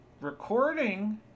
recording